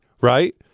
right